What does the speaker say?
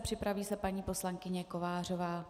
Připraví se paní poslankyně Kovářová.